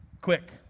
Quick